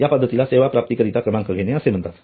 या पद्धतीला सेवा प्राप्ति करीता क्रमांक घेणे असे म्हणतात